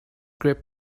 grip